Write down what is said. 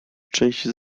częściej